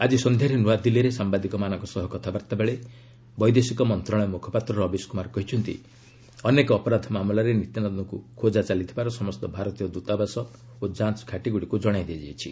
ଆଜି ସନ୍ଧ୍ୟାରେ ନ୍ତଆଦିଲ୍ଲୀରେ ସାମ୍ଭାଦିକମାନଙ୍କ ସହ କଥାବାର୍ତ୍ତାବେଳେ ବୈଦେଶିକ ମନ୍ତ୍ରଣାଳୟ ମୁଖପାତ୍ର ରବୀଶ କୁମାର କହିଛନ୍ତି ଅନେକ ଅପରାଧ ମାମଲାରେ ନିତ୍ୟାନନ୍ଦଙ୍କୁ ଖୋଜା ଚାଲିଥିବାର ସମସ୍ତ ଭାରତୀୟ ଦ୍ୱତାବାସ ଓ ଯାଞ୍ଚ ଘାଟିଗୁଡିକୁ ଜଣାଇ ଦିଆଯାଇଛି